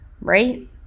right